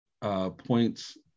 points –